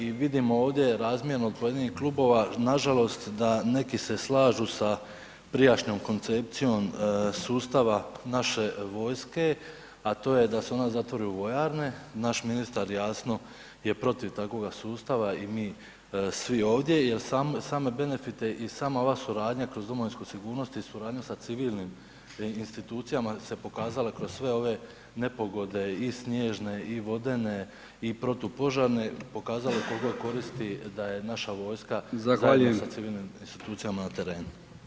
I vidim ovdje razmjerno od pojedinih klubova, nažalost da neki se slažu sa prijašnjom koncepcijom sustava naše vojske, a to je da se ona zatvori u vojarne, naš ministar jasno je protiv takvoga sustava i mi svi ovdje jer same benefite i sama ova suradnja kroz domovinsku sigurnost i suradnju sa civilnim institucijama se pokazala kroz sve ove nepogode i snježne i vodene i protupožarne, pokazala koliko je koristi da je naša vojska [[Upadica: Zahvaljujem.]] zajedno sa civilnim institucija na terenu.